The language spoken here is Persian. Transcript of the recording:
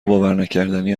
باورنکردنی